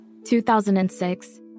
2006